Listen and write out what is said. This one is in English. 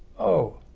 oh,